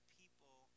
people